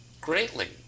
greatly